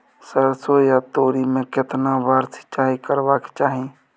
सरसो या तोरी में केतना बार सिंचाई करबा के चाही?